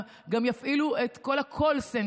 גם יפעילו את כל הקול-סנטרים,